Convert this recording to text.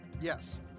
Yes